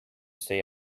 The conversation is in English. say